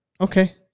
Okay